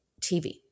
TV